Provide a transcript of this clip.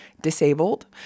disabled